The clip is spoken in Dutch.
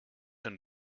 een